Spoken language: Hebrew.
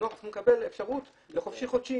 הנוער צריך לקבל אפשרות לחופשי חודשי.